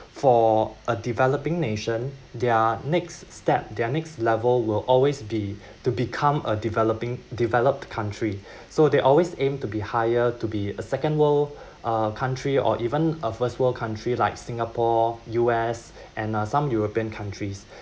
for a developing nation their next step their next level will always be to become a developing developed country so they always aim to be higher to be a second world uh country or even a first world country like singapore U_S and uh some european countries